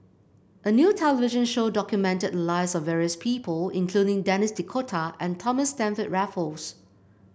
a new television show documented lives of various people including Denis D'Cotta and Thomas Stamford Raffles